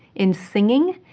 in singing,